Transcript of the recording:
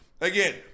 again